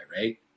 right